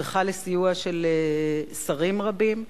זכה לסיוע של שרים רבים,